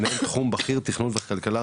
מנהל תחום בכיר תכנון וכלכלה,